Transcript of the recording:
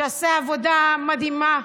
שעשה עבודה מדהימה,